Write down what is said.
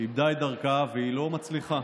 איבדה את דרכה והיא לא מצליחה.